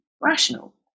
rational